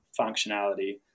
functionality